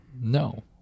No